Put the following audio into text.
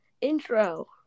intro